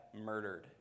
murdered